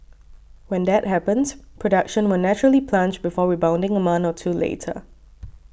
when that happens production will naturally plunge before rebounding a month or two later